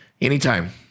Anytime